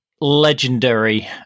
legendary